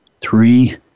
three